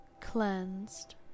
cleansed